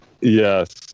Yes